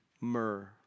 myrrh